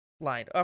line